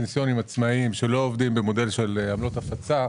יועצים פנסיוניים עצמאיים שלא עובדים במודל של עמלות הפצה,